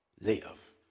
live